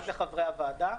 לחברי הוועדה.